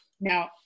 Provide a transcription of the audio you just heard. Now